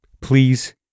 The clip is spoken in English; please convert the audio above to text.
Please